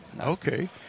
Okay